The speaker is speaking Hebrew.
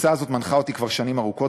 התפיסה הזו מנחה אותי כבר שנים ארוכות,